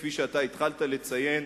כפי שהתחלת לציין,